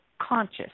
conscious